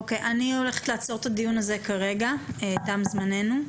אני עוצרת את הדיון הזה כרגע, תם זממנו.